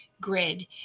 grid